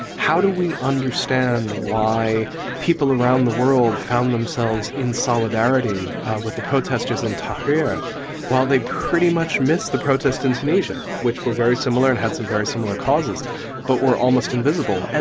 how do we understand why people around the world found themselves in solidarity with the protesters in tahrir while they pretty much missed the protests in tunisia which were very similar and had some very similar causes but were almost invisible. and